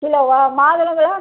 கிலோவா மாதுளம்பழம்